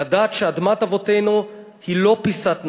לדעת שאדמת אבותינו היא לא פיסת נדל"ן,